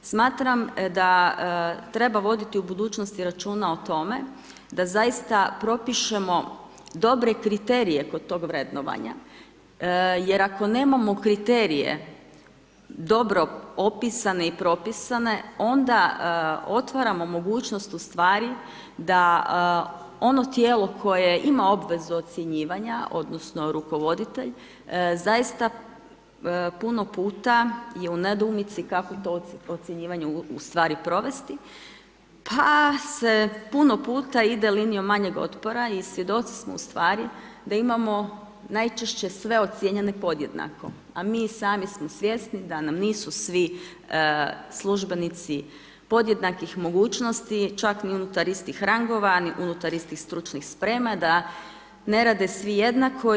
Smatram da treba voditi u budućnosti računa o tome da zaista propišemo dobre kriterije kod tog vrednovanja, jer ako nemamo kriterije dobro opisane i propisane onda otvaramo mogućnost ustvari da ono tijelo koje ima obvezu ocjenjivanja, odnosno rukovoditelj zaista puno puta je u nedoumici kako to ocjenjivanje ustvari provesti pa se puno puta ide linijom manjeg otpora i svjedoci smo ustvari da imamo najčešće sve ocijenjene podjednako a mi i sami smo svjesni da nam nisu svi službenici podjednakih mogućnosti čak ni unutar istih rangova, niti unutar istih stručnih sprema, da ne rade svi jednako.